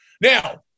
Now